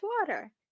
water